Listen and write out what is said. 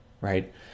right